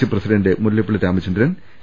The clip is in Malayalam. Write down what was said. C president Mullappally Ramachandran A